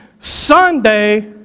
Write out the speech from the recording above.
Sunday